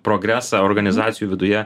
progresą organizacijų viduje